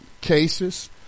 cases